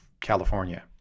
California